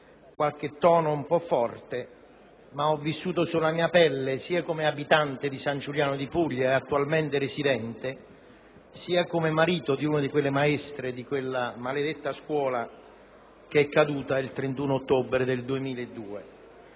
qualche tono un po' forte, ma ho vissuto il terremoto del Molise sulla mia pelle, sia come abitante di San Giuliano di Puglia, ivi attualmente residente, sia come marito di una delle maestre di quella maledetta scuola che crollò il 31 ottobre 2002.